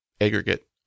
aggregate